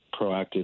proactive